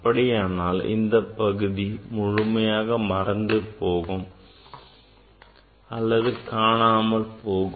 அப்படியானால் இந்தப் பகுதி முழுமையாக மறைந்து போகும் அல்லது காணாமல் போகும்